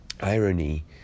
irony